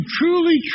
truly